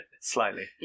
slightly